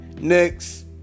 Next